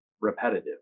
repetitive